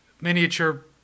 miniature